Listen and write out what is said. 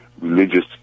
religious